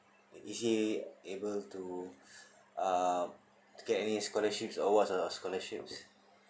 is he able to uh to get any scholarships awards or scholarships